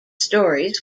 stories